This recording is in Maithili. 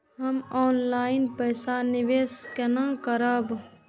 हम ऑनलाइन पैसा निवेश केना करब?